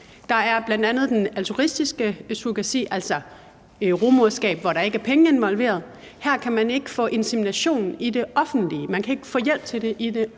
Der er bl.a. det altruistiske surrogati, altså et rugemoderskab, hvor der ikke er penge involveret. Her kan man ikke få insemination i det offentlige, man kan ikke få hjælp til det i det offentlige.